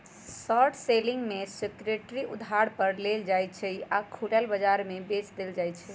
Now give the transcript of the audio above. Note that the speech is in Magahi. शॉर्ट सेलिंग में सिक्योरिटी उधार पर लेल जाइ छइ आऽ खुलल बजार में बेच देल जाइ छइ